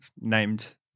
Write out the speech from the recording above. named